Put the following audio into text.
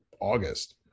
august